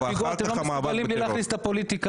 אתם לא מסוגלים בלי להכניס את הפוליטיקה